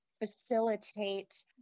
facilitate